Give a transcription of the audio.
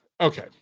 Okay